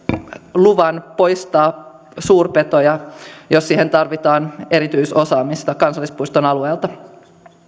luvan poistaa suurpetoja jos siihen tarvitaan erityisosaamista kansallispuiston alueelta